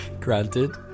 Granted